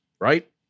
right